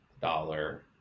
dollar